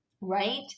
Right